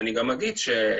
אני גם אגיד שלדאבוננו,